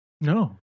No